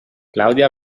claudia